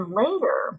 later